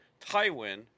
Tywin